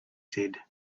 said